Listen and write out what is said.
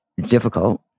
difficult